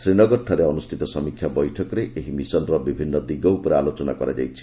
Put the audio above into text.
ଶ୍ରୀନଗରଠାରେ ଅନୁଷ୍ଠିତ ସମୀକ୍ଷା ବୈଠକରେ ଏହି ମିଶନର ବିଭିନ୍ନ ଦିଗ ଉପରେ ଆଲୋଚନା କରାଯାଇଛି